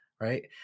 Right